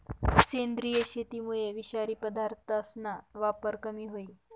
सेंद्रिय शेतीमुये विषारी पदार्थसना वापर कमी व्हयी